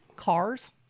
Cars